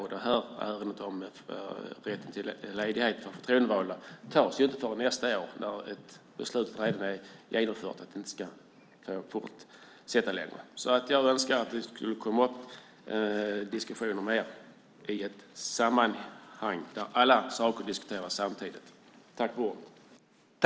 Beslutet i ärendet om rätten till ledighet för förtroendevalda tas inte förrän nästa år, när det redan är genomfört att det inte ska fortsätta längre. Jag önskar att diskussionen kommer upp igen, i ett sammanhang där alla saker diskuteras samtidigt.